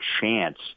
chance